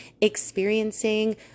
experiencing